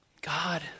God